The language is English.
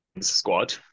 squad